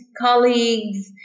colleagues